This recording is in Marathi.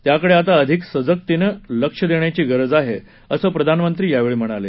त्याकडे आता अधिक सजगतेनं लक्ष देण्याची गरज आहे असं प्रधानमंत्री यावेळी म्हणाले